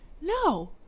no